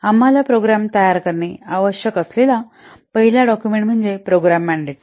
आम्हाला प्रोग्राम तयार करणे आवश्यक असलेला पहिला डाक्युमेंट म्हणजे प्रोग्राम मँडेट